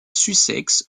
sussex